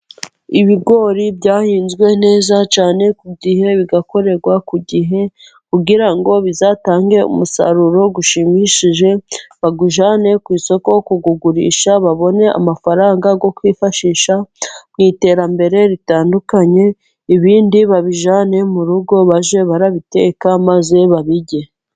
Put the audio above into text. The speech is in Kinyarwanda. Ibigori byahinzwe neza cyane ku gihe, bigakorerwa ku gihe, kugira ngo bizatange umusaruro ushimishije, bawujyane ku isoko kuwurisha, babone amafaranga yo kwifashisha mu iterambere ritandukanye, ibindi babijyane mu rugo bajye babiteka, maze babirye.